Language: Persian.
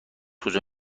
کجا